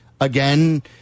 Again